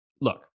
Look